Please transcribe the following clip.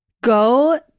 go